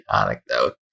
anecdote